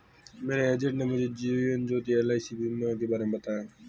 मेरे एजेंट ने मुझे जीवन ज्योति एल.आई.सी बीमा के बारे में बताया